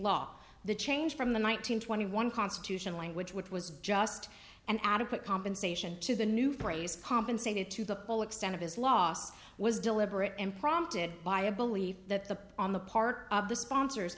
law the change from the one nine hundred twenty one constitution language which was just an adequate compensation to the new phrase compensated to the full extent of his loss was deliberate and prompted by a belief that the on the part of the sponsors